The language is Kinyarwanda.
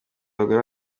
abagore